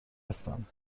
هستند